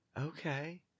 Okay